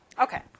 Okay